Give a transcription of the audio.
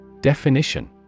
Definition